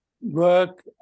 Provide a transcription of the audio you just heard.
work